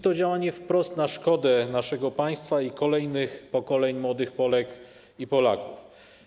To działanie wprost na szkodę naszego państwa i kolejnych pokoleń młodych Polek i Polaków.